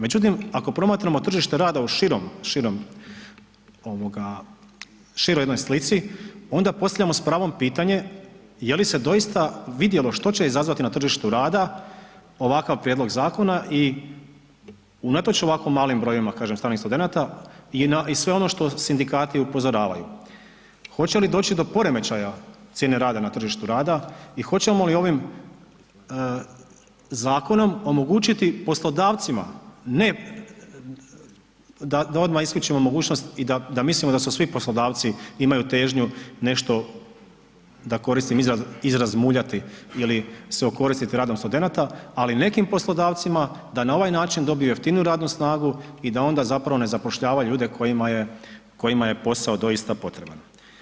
Međutim, ako promatramo tržište rada u široj jednoj slici onda postavljamo s pravom pitanje jeli se doista vidjelo što će izazvati na tržištu rada ovakav prijedlog zakona i unatoč ovako malim brojevima stranih studenata i na sve ono što sindikati upozoravaju, hoće li doći do poremećaja cijene rada na tržištu rada i hoćemo li ovim zakonom omogućiti poslodavcima ne da odmah isključimo mogućnost i da mislimo da su svi poslodavci imaju težnju nešto da koristim izraz muljati ili se okoristiti radom studenata, ali nekim poslodavcima da na ovaj način dobiju jeftiniju radnu snagu i da onda zapravo ne zapošljavaju ljude kojima je posao doista potreban.